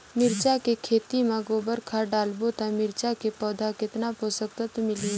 मिरचा के खेती मां गोबर खाद डालबो ता मिरचा के पौधा कितन पोषक तत्व मिलही?